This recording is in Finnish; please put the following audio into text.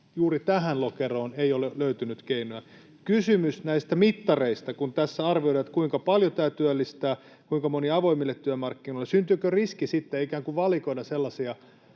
juuri tähän lokeroon ei ole löytynyt keinoja. Kysymys näistä mittareista: kun tässä arvioidaan, kuinka paljon tämä työllistää ja kuinka moni työllistyy avoimille työmarkkinoille, syntyykö riski sitten ikään kuin valikoida sellaisia